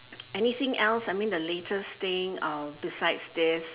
anything else I mean the latest thing uh besides this